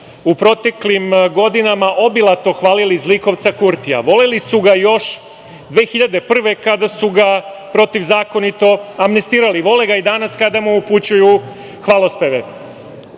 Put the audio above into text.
u proteklim godinama obilato hvalili zlikovca Kurtija. Voleli su ga još 2001. godine kada su ga protivzakonito amnestirali. Vole ga i danas kada mu upućuju hvalospeve.